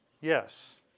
Yes